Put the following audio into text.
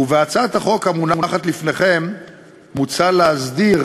בהצעת החוק המונחת לפניכם מוצע להסדיר